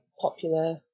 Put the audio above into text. popular